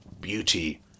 Beauty